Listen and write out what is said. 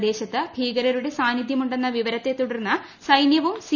പ്രദേശത്ത് ഭീകരരുടെ സാന്നിദ്ധ്യമുണ്ടെന്ന വിവർളത്ത് തുടർന്ന് സൈന്യവും സി